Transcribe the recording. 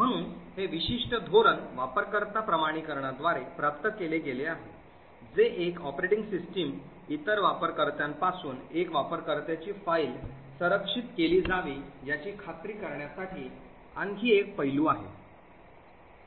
म्हणून हे विशिष्ट धोरण वापरकर्ता प्रमाणीकरणाद्वारे प्राप्त केले गेले आहे जे एक ऑपरेटिंग सिस्टम इतर वापरकर्त्यांपासून एका वापरकर्त्याची फाइल संरक्षित केली जावी याची खात्री करण्यासाठी आणखी एक पैलू आहे